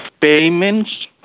payments